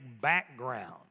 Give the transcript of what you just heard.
background